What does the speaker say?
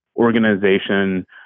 organization